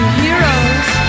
heroes